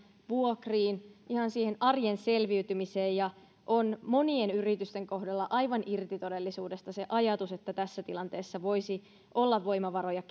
vuokriin ihan siihen arjen selviytymiseen ja on monien yritysten kohdalla aivan irti todellisuudesta se ajatus että tässä tilanteessa voisi olla voimavaroja